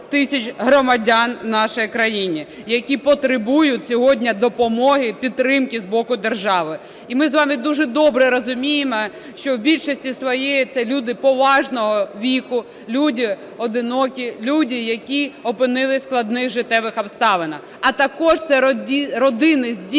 тисяч громадян в нашій країні, які потребують сьогодні допомоги, підтримки з боку держави. І ми з вами дуже добре розуміємо, що в більшості своїй це люди поважного віку, люди одинокі, люди, які опинилися в складних життєвих обставинах, а також це родини з дітьми.